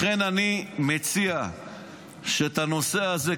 לכן אני מציע שאת הנושא הזה,